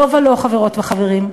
לא ולא, חברות וחברים.